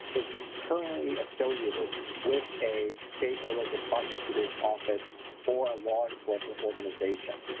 is currently affiliated with a state or local prosecutor's office or law enforcement organization.